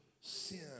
sin